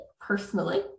personally